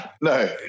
no